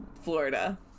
Florida